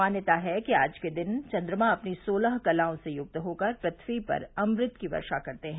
मान्यता है कि आज के दिन चन्द्रमा अपनी सोलह कलांओ से युक्त होकर पृथ्वी पर अमृत की वर्षा करते हैं